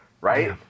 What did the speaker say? right